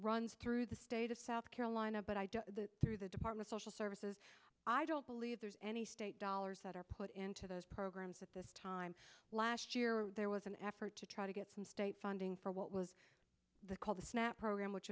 runs through the state of south carolina but i don't that through the department social services i don't believe there's any state dollars that are put into those programs at this time last year there was an effort to try to get some state funding for what was the called the snap program which